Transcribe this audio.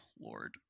Lord